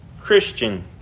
Christian